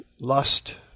lust